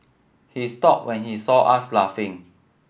he stopped when he saw us laughing